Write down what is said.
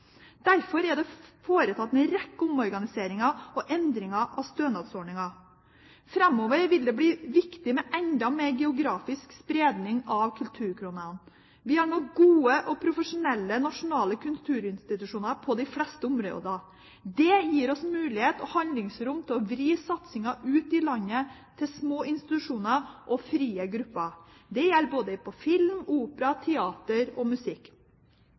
Derfor er det foretatt en rekke omorganiseringer og endringer av stønadsordninger. Framover vil det bli viktig med enda mer geografisk spredning av kulturkronene. Vi har nå gode og profesjonelle nasjonale kulturinstitusjoner på de fleste områder. Det gir oss mulighet og handlingsrom til å vri satsingen ut i landet, til små institusjoner og frie grupper. Det gjelder både film, opera, teater og musikk.